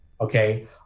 okay